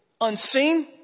Unseen